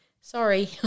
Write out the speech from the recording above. Sorry